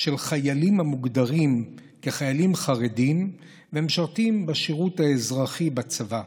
של חיילים המוגדרים כחיילים חרדים שמשרתים בשירות האזרחי בצבא: